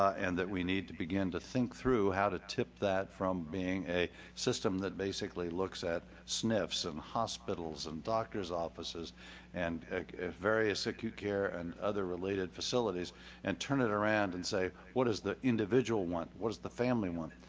and that we need to begin to think through how to tip that from being a system that basically looks at so hospitals and doctor's offices and at various acute-care and other related facilities and turn it around and say, what is the individual want? what does the family want?